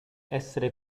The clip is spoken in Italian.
essere